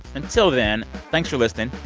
until then, thanks for listening.